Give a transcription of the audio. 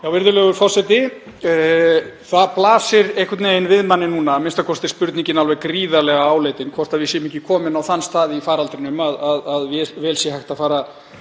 Virðulegur forseti. Það blasir einhvern veginn við manni núna, a.m.k. er spurningin alveg gríðarlega áleitin, hvort við séum ekki komin á þann stað í faraldrinum að vel sé hægt að fara